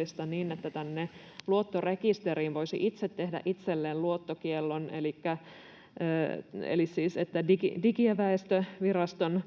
että luottorekisteriin voisi itse tehdä itselleen luottokiellon elikkä että Digi- ja väestöviraston